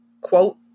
quote